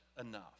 enough